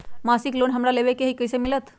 मासिक लोन हमरा लेवे के हई कैसे मिलत?